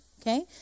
Okay